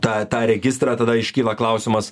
tą tą registrą tada iškyla klausimas